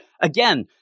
again –